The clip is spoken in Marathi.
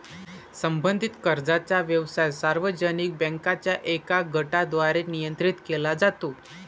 संबंधित कर्जाचा व्यवसाय सार्वजनिक बँकांच्या एका गटाद्वारे नियंत्रित केला जातो